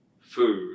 food